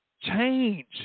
Change